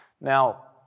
Now